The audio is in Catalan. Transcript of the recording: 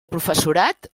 professorat